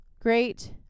great